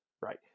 Right